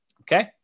Okay